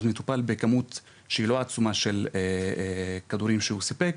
אז מטופל בכמות שהיא לא עצומה של כדורים שהוא סיפק,